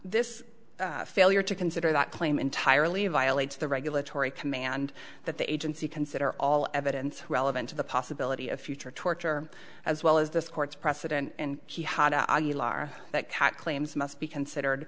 this failure to consider that claim entirely violates the regulatory command that the agency consider all evidence relevant to the possibility of future torture as well as this court's precedent and that cat claims must be considered